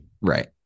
Right